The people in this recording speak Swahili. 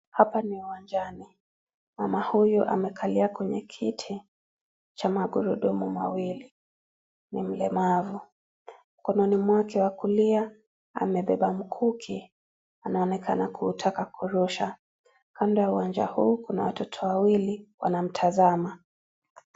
Hapa ni uwanjani mama huyu amekalia kwenye kiti cha magurudumu mawili ni mlemavu mkononi mwake wa kulia amebeba mkuki anaonekana kutaka kurusha kando ya uwanja huu kuna watoto wawili wanamtazama.